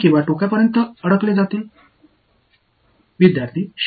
எனவே அவை மையத்தை நோக்கி அல்லது முடிவுகளை நோக்கி ஒட்டிக்கொண்டிருக்குமா